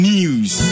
News